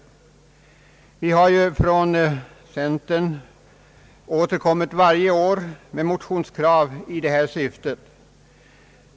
Vi har ju från centerns sida återkommit varje år med motionskrav i detta syfte.